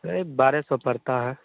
वही बारह सौ पड़ता है